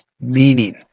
meaning